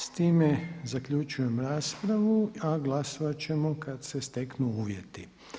S time zaključujem raspravu, a glasovat ćemo kad se steknu uvjeti.